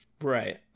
right